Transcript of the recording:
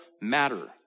matter